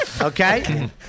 Okay